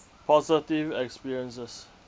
positive experiences